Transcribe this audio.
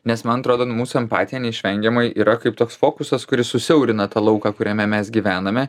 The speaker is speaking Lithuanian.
nes man atrodo nu mūsų empatija neišvengiamai yra kaip toks fokusas kuris susiaurina tą lauką kuriame mes gyvename